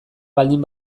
baldin